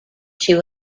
she